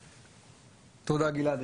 תודה, גלעד.